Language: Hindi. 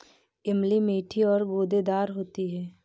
इमली मीठी और गूदेदार होती है